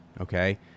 okay